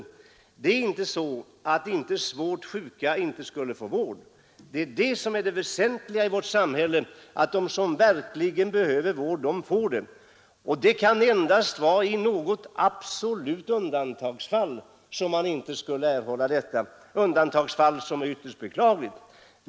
Det är inte så, att svårt sjuka inte skulle få vård, utan det väsentliga är att människor i vårt samhälle som verkligen behöver vård också får sådan. Det kan endast finnas några absoluta undantagsfall när de inte skulle kunna erhålla vård — undantagsfall som är ytterst beklagliga.